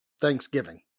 Thanksgiving